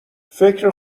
فکر